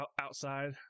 outside